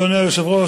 אדוני היושב-ראש,